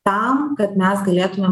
tam kad mes galėtumėm